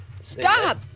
Stop